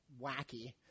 wacky